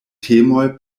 temoj